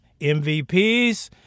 MVPs